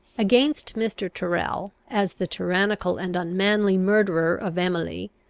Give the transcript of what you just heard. against mr. tyrrel, as the tyrannical and unmanly murderer of emily,